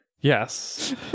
yes